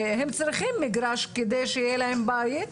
והם צריכים מגרש כדי שיהיה להם בית,